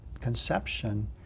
conception